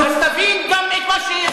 אז תבין גם את מה, אתה מצדיק את מה שהוא אמר.